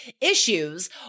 issues